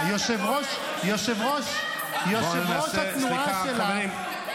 יושב-ראש התנועה שלך --- אתם הסרבנים.